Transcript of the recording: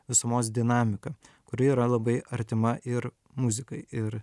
visumos dinamiką kuri yra labai artima ir muzikai ir